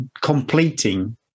completing